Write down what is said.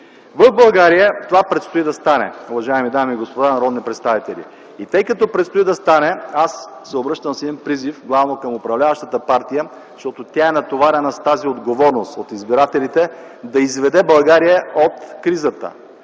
В България това предстои да стане, уважаеми дами и господа народни представители. И тъй като предстои да стане, се обръщам с призив главно към управляващата партия, защото тя е натоварена с тази отговорност от избирателите – да изведе България от кризата,